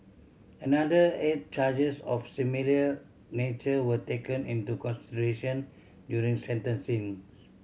another eight charges of similar nature were taken into consideration during sentencings